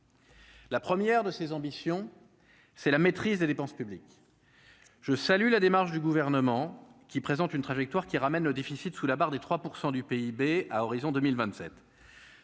la première de ses ambitions, c'est la maîtrise des dépenses publiques, je salue la démarche du gouvernement qui présente une trajectoire qui ramène le déficit sous la barre des 3 % du PIB à horizon 2027